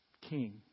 King